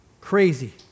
Crazy